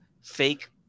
fake